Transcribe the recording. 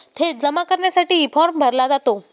थेट जमा करण्यासाठीही फॉर्म भरला जातो